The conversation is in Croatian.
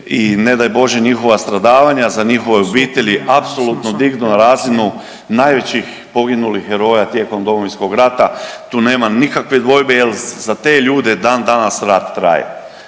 i ne daj Bože njihova stradavanja za njihove obitelji apsolutno dignu na razinu najvećih poginulih heroja tijekom Domovinskog rata. Tu nema nikakve dvojbe jer za te ljude dan danas rat traje.